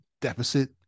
deficit